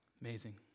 Amazing